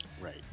right